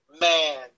man